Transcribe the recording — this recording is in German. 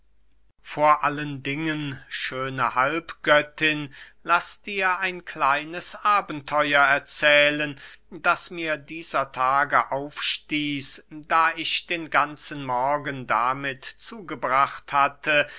vor allen dingen schöne halbgöttin laß dir ein kleines abenteuer erzählen das mir dieser tage aufstieß da ich den ganzen morgen damit zugebracht hatte